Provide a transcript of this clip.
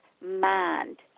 mind